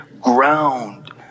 ground